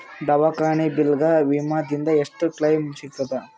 ದವಾಖಾನಿ ಬಿಲ್ ಗ ವಿಮಾ ದಿಂದ ಎಷ್ಟು ಕ್ಲೈಮ್ ಸಿಗತದ?